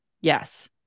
Yes